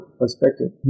perspective